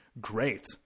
great